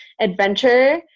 Adventure